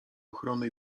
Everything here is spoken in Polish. ochrony